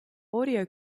audio